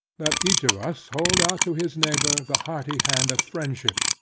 let each of us, hold out to his neighbour the hearty hand of friendship,